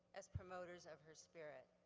as promoters of her spirit.